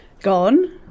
gone